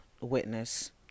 witness